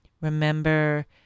remember